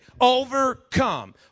Overcome